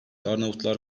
arnavutlar